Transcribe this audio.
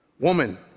Woman